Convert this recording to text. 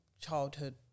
childhood